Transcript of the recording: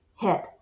hit